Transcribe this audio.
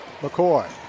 McCoy